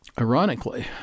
Ironically